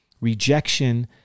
Rejection